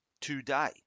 today